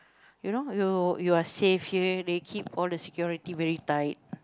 you know you you are safe here they keep all the security all very tight